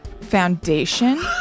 Foundation